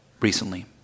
recently